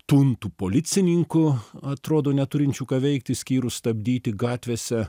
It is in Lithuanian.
tuntų policininkų atrodo neturinčių ką veikti išskyrus stabdyti gatvėse